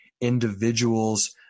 individuals